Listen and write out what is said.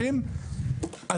לא קבלת קהל,